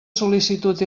sol·licitud